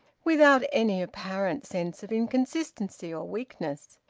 without any apparent sense of inconsistency or weakness.